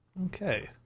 Okay